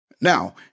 Now